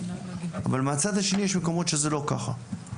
אבל מהצד השני יש מקומות שזה לא ככה.